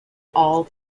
all